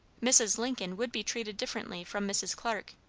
mrs. lincoln would be treated differently from mrs. clarke.